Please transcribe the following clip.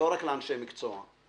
לא רק לאנשי מקצוע.